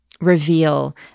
reveal